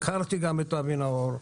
הכרתי גם את אבי נאור.